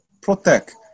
protect